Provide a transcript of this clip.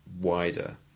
wider